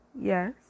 Yes